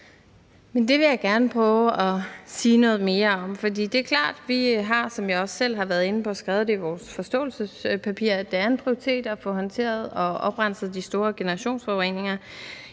Det vil jeg gerne prøve at sige noget mere om. Det er klart, at vi, som jeg også selv har været inde på, har skrevet i vores forståelsespapir, at det er en prioritet at få håndteret og oprenset de store generationsforureninger.